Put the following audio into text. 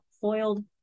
foiled